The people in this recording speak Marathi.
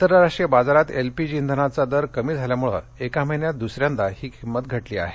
आंतरराष्ट्रीय बाजारात एलपीजी इंधनाचा दर कमी झाल्यामुळे एका महिन्यात दुसऱ्यांदा ही किंमत घटली आहे